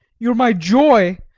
you are my joy,